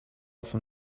from